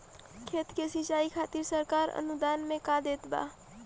खेत के सिचाई खातिर सरकार अनुदान में का देत बा?